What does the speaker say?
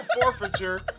forfeiture